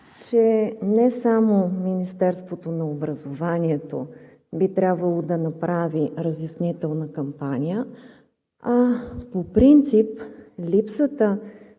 че не само Министерството на образованието би трябвало да направи разяснителна кампания, а по принцип липсата